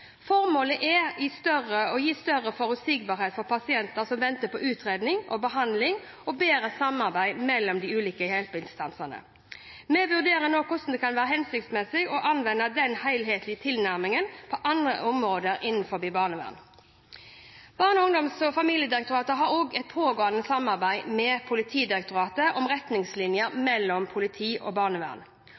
Formålet er å gi større forutsigbarhet for pasienter som venter på utredning og behandling, og bedre samarbeid mellom de ulike hjelpeinstansene. Vi vurderer nå om det kan være hensiktsmessig å anvende denne helhetlige tilnærmingen på andre områder innenfor barnevernet. Barne-, ungdoms- og familiedirektoratet har også et pågående samarbeid med Politidirektoratet om retningslinjer for politi og barnevern.